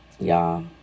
Y'all